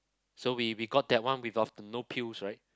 so we we got that one we got no pills right